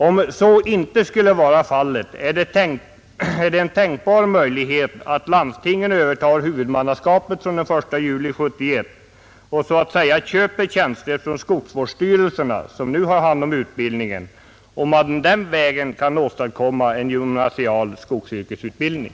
Om så inte skulle vara fallet, är det en tänkbar möjlighet att landstingen övertar huvudmannaskapet från den 1 juli 1971 och så att säga köper tjänster från skogsvårdsstyrelserna, som nu har hand om utbildningen, och att man den vägen kan åstadkomma en gymnasial skogsyrkesutbildning?